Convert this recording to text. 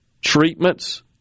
treatments